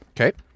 Okay